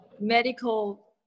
medical